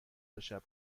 تاشب